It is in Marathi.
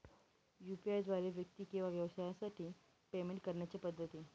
यू.पी.आय द्वारे व्यक्ती किंवा व्यवसायांसाठी पेमेंट करण्याच्या पद्धती